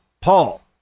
Paul